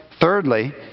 thirdly